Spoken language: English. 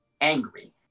angry